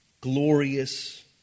glorious